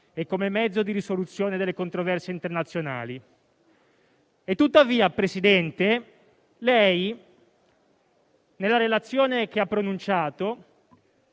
e come mezzo di risoluzione delle controversie internazionali. Tuttavia, Presidente, lei, nella relazione che ha pronunciato,